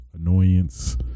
annoyance